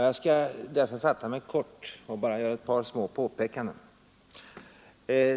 Jag skall därför fatta mig kort och bara göra ett par små påpekanden.